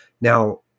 Now